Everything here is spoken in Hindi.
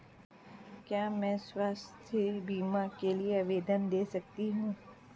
क्या मैं स्वास्थ्य बीमा के लिए आवेदन दे सकती हूँ?